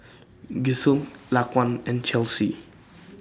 Gisselle Laquan and Chelsea